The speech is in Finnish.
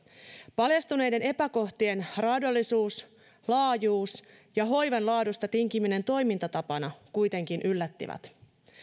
paljastuneiden epäkohtien raadollisuus ja laajuus ja hoivan laadusta tinkiminen toimintatapana kuitenkin yllättivät